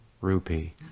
rupee